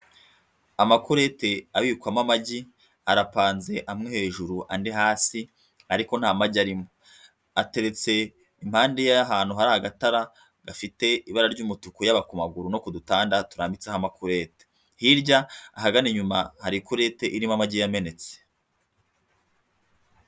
Amakurete abikwamo amagi arapanze amwe hejuru andi hasi ariko nta magi arimo, ateretse impande y'ahantu hari agatara gafite ibara ry'umutuku yaba ku maguru no ku dutanda turambitseho amakurete, hirya ahagana inyuma hari ikurete irimo amagi yamenetse.